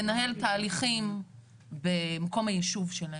לנהל תהליכים במקום היישוב שלהם.